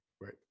right